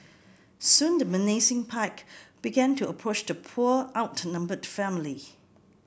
soon the menacing pack began to approach the poor outnumbered family